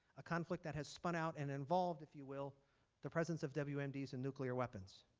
a conflict that has spun out and involved if you will the presence of wmds and nuclear weapons.